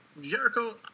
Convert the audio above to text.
Jericho